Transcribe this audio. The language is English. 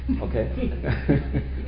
okay